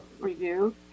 review